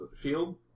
shield